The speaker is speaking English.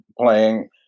playing